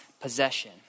possession